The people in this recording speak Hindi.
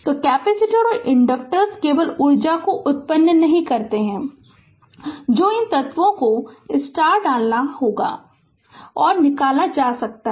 तो कैपेसिटर और इंडक्टर्स केवल ऊर्जा उत्पन्न नहीं करते हैं जो इन तत्वों को डाल दिया गया है और निकाला जा सकता है